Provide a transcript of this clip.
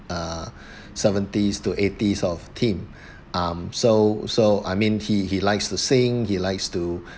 uh seventies to eighties of theme um so so I mean he he likes to sing he likes to